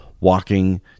walking